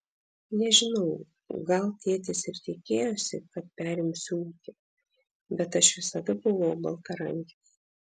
nežinau gal tėtis ir tikėjosi kad perimsiu ūkį bet aš visada buvau baltarankis